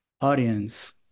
audience